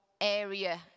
area